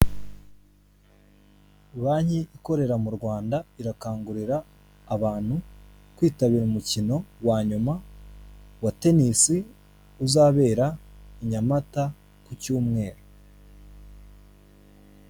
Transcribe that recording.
Banki ikorera mu Rwanda irakangurira abantu kwitabira umukino wa nyuma wa tenisi uzabera I Nyamata ku cyumweru.